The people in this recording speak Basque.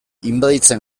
inbaditzen